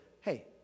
Hey